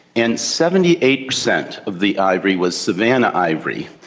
and seventy eight percent of the ivory was savannah ivory,